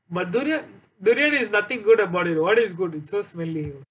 but durian durian has nothing good about it what is good it's so smelly